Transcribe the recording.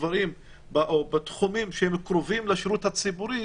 בדברים או בתחומים שהם קרובים לשירות הציבורי,